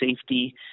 safety